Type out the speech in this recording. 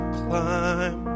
climb